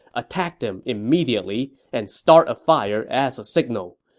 attack them immediately and start a fire as a signal.